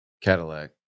Cadillac